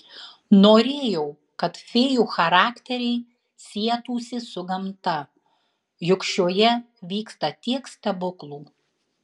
norėjau kad fėjų charakteriai sietųsi su gamta juk šioje vyksta tiek stebuklų